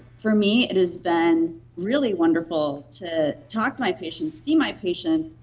for me, it has been really wonderful to talk my patients, see my patients,